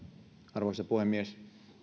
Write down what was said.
arvoisa puhemies